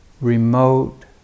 remote